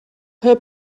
her